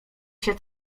się